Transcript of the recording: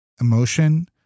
emotion